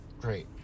great